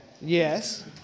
Yes